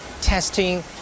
testing